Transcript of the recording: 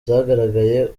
zagaragaye